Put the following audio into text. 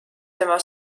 tema